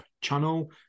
channel